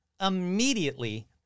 immediately